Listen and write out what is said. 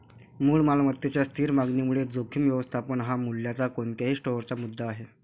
मूळ मालमत्तेच्या स्थिर मागणीमुळे जोखीम व्यवस्थापन हा मूल्याच्या कोणत्याही स्टोअरचा मुद्दा आहे